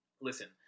listen